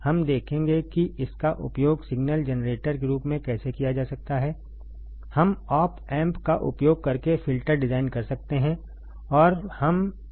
हम देखेंगे कि इसका उपयोग सिग्नल जनरेटर के रूप में कैसे किया जा सकता है हम ऑप एम्प का उपयोग करके फ़िल्टर डिजाइन कर सकते हैं और हम एक उदाहरण भी लेंगे